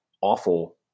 awful